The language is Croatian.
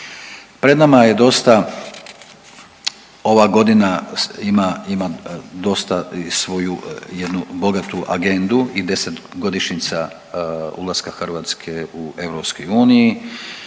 Pred nama je dosta ova godina ima, ima dosta i svoju jednu bogatu agendu i desetgodišnjica ulaska Hrvatska u EU.